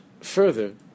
further